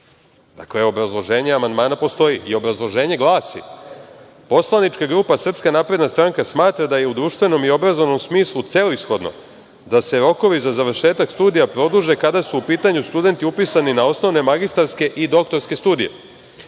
Dakle, obrazloženje amandmana postoji. Obrazloženje glasi – poslanička grupa SNS smatra da je u društvenom i obrazovnom smislu celishodno da se rokovi za završetak studija produže kada su u pitanju studenti upisani na osnovne, magistarske i doktorske studije.